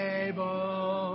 able